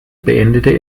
beendete